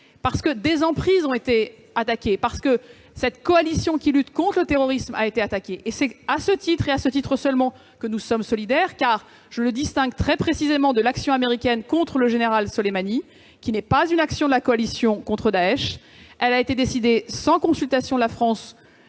parce que des emprises utilisées par cette coalition qui lutte contre le terrorisme ont été attaquées. C'est à ce titre et à ce titre seulement que nous sommes solidaires. Je fais une distinction très claire avec l'action américaine contre le général Soleimani, qui n'est pas une action de la coalition contre Daech. Elle a été décidée sans consultation de la France